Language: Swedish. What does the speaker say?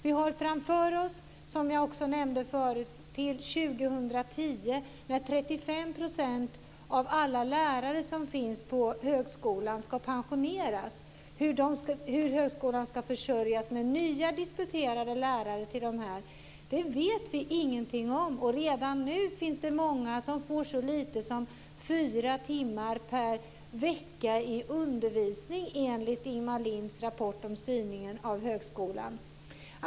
Vi har på oss, som jag också nämnde förut, till 2010, när 35 % av alla lärare som finns på högskolan ska pensioneras. Hur högskolan ska försörjas med nya disputerade lärare vet vi ingenting om. Redan nu finns det många som får så lite som fyra timmar per vecka i undervisning enligt Ingemar Linds rapport om styrningen av högskolan.